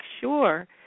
sure